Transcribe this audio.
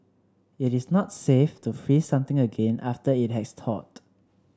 it is not safe to freeze something again after it has thawed